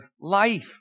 life